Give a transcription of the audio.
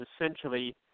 essentially